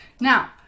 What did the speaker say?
Now